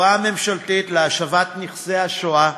החברה הממשלתית להשבת נכסים של נספי השואה